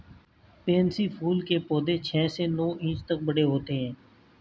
pansy फूल के पौधे छह से नौ इंच तक बड़े होते हैं